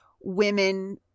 women